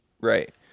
Right